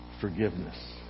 forgiveness